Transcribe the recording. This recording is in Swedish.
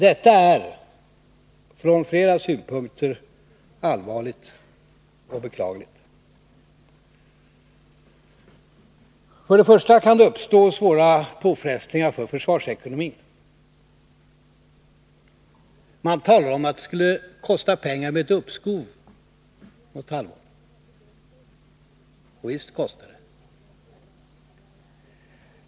Detta är från flera synpunkter allvarligt och beklagligt. Fört det första kan det uppstå svåra påfrestningar för försvarsekonomin. Det talas om att det skulle kosta pengar med ett uppskov under en tid, och visst kostar det.